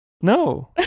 no